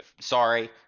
Sorry